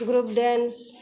group dance